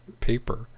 paper